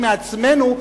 מעצמנו,